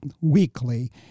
weekly